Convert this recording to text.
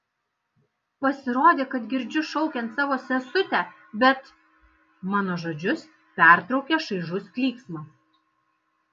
pasirodė kad girdžiu šaukiant savo sesutę bet mano žodžius pertraukia šaižus klyksmas